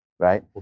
right